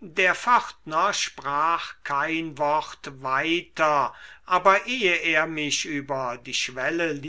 der pförtner sprach kein wort weiter aber ehe er mich über die schwelle